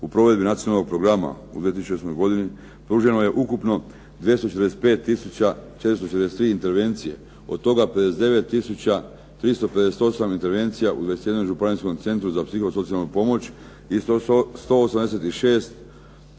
u provedbi Nacionalnog programa u 2008. godini pruženo je ukupno 245 tisuća 443 intervencije, od toga 59 tisuća 358 intervencija u 21 županijskom centru za psihosocijalnu pomoć. I 186 tisuća